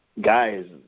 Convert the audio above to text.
guys